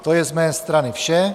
To je z mé strany vše.